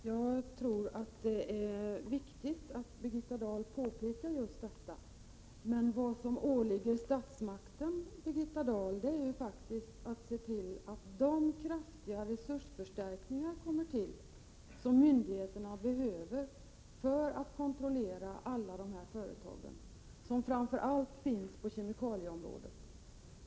Fru talman! Det är viktigt att Birgitta Dahl påpekar just detta, men vad som åligger statsmakten, Birgitta Dahl, är att se till att de kraftiga resursförstärkningar kommer till stånd som myndigheterna behöver för att kontrollera alla de här företagen, som framför allt finns på kemikalieområdet.